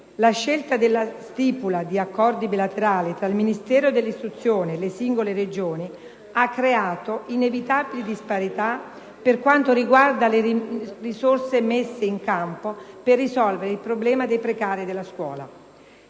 la scelta della stipula di accordi bilaterali tra il Ministero dell'istruzione e le singole Regioni ha creato inevitabili disparità per quanto riguarda le risorse messe in campo per risolvere il problema dei precari della scuola.